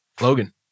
Logan